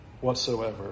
whatsoever